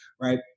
right